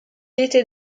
était